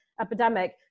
epidemic